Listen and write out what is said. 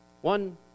One